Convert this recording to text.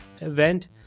event